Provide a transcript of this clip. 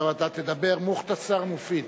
עכשיו אתה תדבר "מוכתסר מופיד".